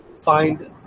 find